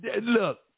Look